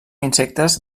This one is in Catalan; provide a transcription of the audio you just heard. insectes